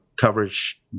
coverage